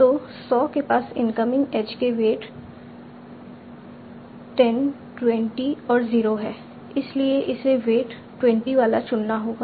तो सॉ के पास इनकमिंग एज के वेट 10 20 और 0 है इसलिए इसे वेट 20 वाला चुनना होगा